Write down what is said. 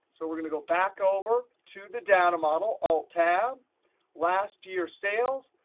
so we're going to go back over to the data model, alt-tab last year sales.